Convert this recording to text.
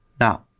now,